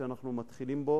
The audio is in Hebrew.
שאנחנו מתחילים בו